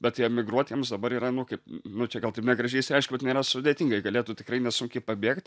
bet tai emigruot jiems dabar yra nu kaip nu čia gal taip negražiai išsireiškiu bet nėra sudėtingai galėtų tikrai nesunkiai pabėgt